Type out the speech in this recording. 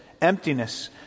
emptiness